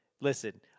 Listen